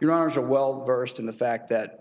your r s are well versed in the fact that